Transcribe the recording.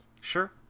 Sure